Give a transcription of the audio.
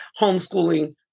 homeschooling